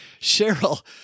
Cheryl